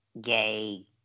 gay